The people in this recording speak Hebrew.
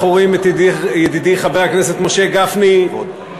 אנחנו רואים את ידידי חבר הכנסת משה גפני מדבר